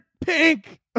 pink